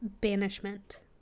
banishment